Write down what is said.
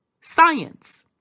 Science